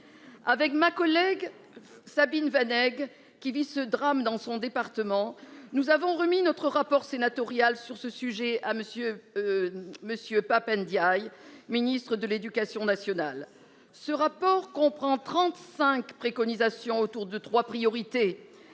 Avec ma collègue Sabine Vanek qui vit ce drame dans son département. Nous avons remis notre rapport sénatorial sur ce sujet à monsieur. Monsieur Pap Ndiaye Ministre de l'Éducation nationale. Ce rapport comprend 35 préconisations autour de 3 priorités